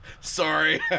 sorry